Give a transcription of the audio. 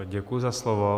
Děkuji za slovo.